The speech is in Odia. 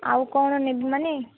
ଆଉ କ'ଣ ନେବି ମାନେ